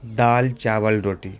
دال چاول روٹی